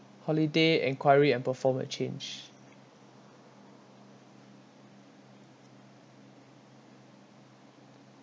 holiday enquiry and perform a change